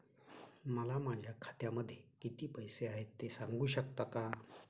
मला माझ्या खात्यामध्ये किती पैसे आहेत ते सांगू शकता का?